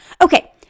Okay